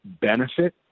benefit